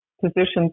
positions